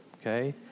Okay